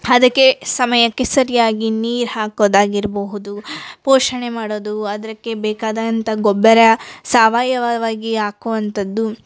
ಅದಕ್ಕೆ ಸಮಯಕ್ಕೆ ಸರಿಯಾಗಿ ನೀರು ಹಾಕೋದಾಗಿರಬಹುದು ಪೋಷಣೆ ಮಾಡೋದು ಅದಕ್ಕೆ ಬೇಕಾದಂಥ ಗೊಬ್ಬರ ಸಾವಯವವಾಗಿ ಹಾಕುವಂಥದ್ದು